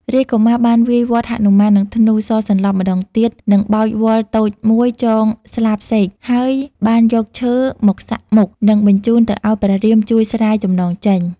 រាជកុមារបានវាយវាត់ហនុមាននឹងធ្នូសរសន្លប់ម្តងទៀតនិងបោចវល្លិ៍តូចមួយចងស្លាបសេក ហើយបានយកឈើមកសាក់មុខ និងបញ្ជូនទៅអោយព្រះរាមជួយស្រាយចំណងចេញ។